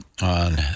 on